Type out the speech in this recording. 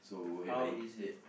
how is it